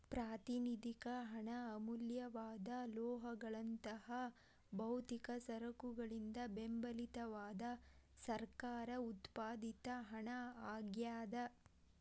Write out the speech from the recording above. ಪ್ರಾತಿನಿಧಿಕ ಹಣ ಅಮೂಲ್ಯವಾದ ಲೋಹಗಳಂತಹ ಭೌತಿಕ ಸರಕುಗಳಿಂದ ಬೆಂಬಲಿತವಾದ ಸರ್ಕಾರ ಉತ್ಪಾದಿತ ಹಣ ಆಗ್ಯಾದ